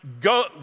go